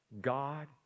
God